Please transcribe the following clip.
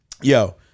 yo